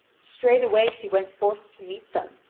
straightway she went forth to meet them,